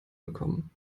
bekommen